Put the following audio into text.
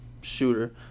shooter